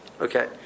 Okay